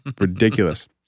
Ridiculous